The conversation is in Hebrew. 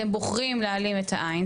אתם בוחרים להעלים את העין,